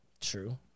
true